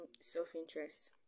self-interest